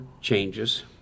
changes